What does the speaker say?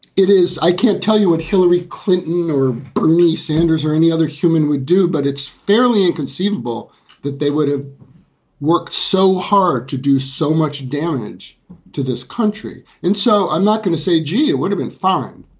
it is i can't tell you what hillary clinton or bernie sanders or any other human would do, but it's fairly inconceivable that they would have worked so hard to do so much damage to this country. and so i'm not going to say, gee, it would have been fine,